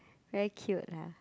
very cute lah